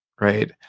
right